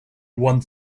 one